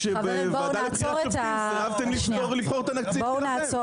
כשבוועדה לבחירת השופטים סירבתם לבחור את הנציג שלכם.